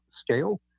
scale